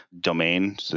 domain